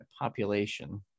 population